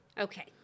Okay